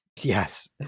Yes